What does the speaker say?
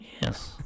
Yes